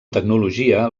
tecnologia